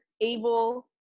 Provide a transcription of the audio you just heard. able